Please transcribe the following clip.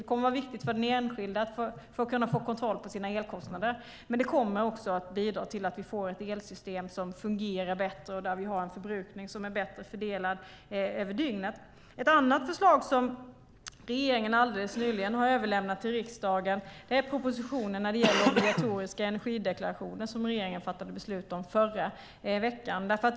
Det kommer att vara viktigt för den enskilde för att få kontroll på sina elkostnader, men det kommer också att bidra till att vi får ett elsystem som fungerar bättre och en förbrukning som är bättre fördelad över dygnet. Ett annat förslag som regeringen nyligen har överlämnat till riksdagen är propositionen när det gäller obligatoriska energideklarationer som regeringen fattade beslut om förra veckan.